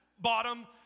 bottom